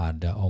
Ada